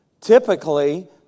typically